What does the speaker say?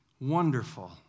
wonderful